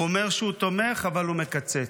הוא אומר שהוא תומך, אבל הוא מקצץ.